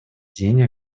день